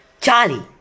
Charlie